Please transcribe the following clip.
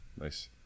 Nice